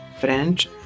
French